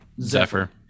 Zephyr